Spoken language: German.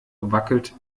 wackelt